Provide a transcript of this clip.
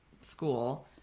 school